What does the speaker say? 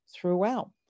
throughout